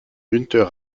günther